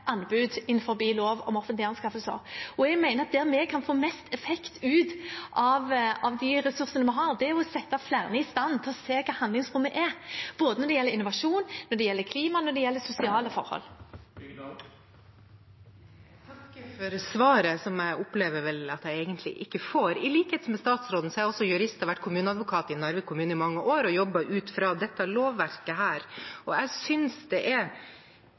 anbud innenfor lov om offentlige anskaffelser. Jeg mener at der vi kan få mest effekt ut av de ressursene vi har, er ved å sette flere i stand til å se hva handlingsrommet er, både når det gjelder innovasjon, når det gjelder klima, og når det gjelder sosiale forhold. Jeg takker for svaret, som jeg vel opplever at jeg egentlig ikke får. I likhet med statsråden er jeg jurist. Jeg har vært kommuneadvokat i Narvik kommune i mange år og jobbet ut fra dette lovverket, og jeg synes det er